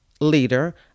leader